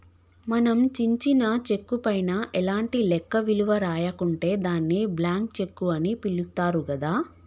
మనం చించిన చెక్కు పైన ఎలాంటి లెక్క విలువ రాయకుంటే దాన్ని బ్లాంక్ చెక్కు అని పిలుత్తారు గదా